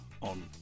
on